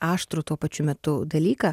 aštrų tuo pačiu metu dalyką